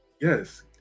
yes